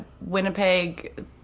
Winnipeg